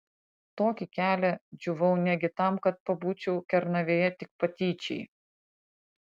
tokį kelią džiūvau negi tam kad pabūčiau kernavėje tik patyčiai